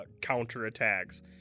counter-attacks